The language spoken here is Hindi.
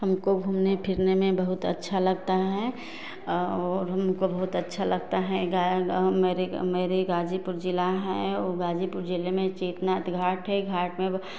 हमको घूमने फिरने में बहुत अच्छा लगता है और हमको बहुत अच्छा लगता है गाय गाँव मेरे मेरे गाज़ीपुर जिला है गाज़ीपुर जिले में चेतनाथ घाट है घाट में